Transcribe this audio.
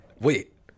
Wait